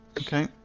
Okay